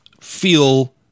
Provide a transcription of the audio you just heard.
feel